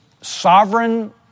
sovereign